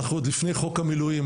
ואנחנו עוד לפני חוק המילואים,